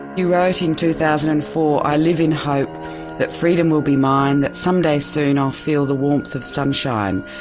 you wrote in two thousand and four, i live in hope that freedom will be mine, that some day soon i'll feel the warmth of sunshine,